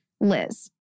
Liz